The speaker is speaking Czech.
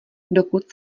dokud